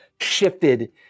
shifted